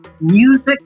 music